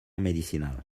medicinal